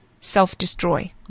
self-destroy